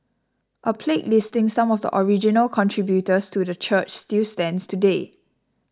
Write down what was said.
a plaque listing some of the original contributors to the church still stands today